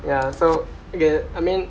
ya so okay I mean